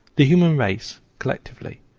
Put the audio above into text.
the human race, collectively,